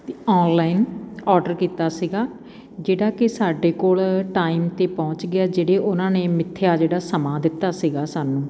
ਅਤੇ online order ਕੀਤਾ ਸੀਗਾ ਜਿਹੜਾ ਕਿ ਸਾਡੇ ਕੋਲ ਟਾਈਮ 'ਤੇ ਪਹੁੰਚ ਗਿਆ ਜਿਹੜੇ ਉਨ੍ਹਾਂ ਨੇ ਮਿੱਥਿਆ ਜਿਹੜਾ ਸਮਾਂ ਦਿੱਤਾ ਸੀਗਾ ਸਾਨੂੰ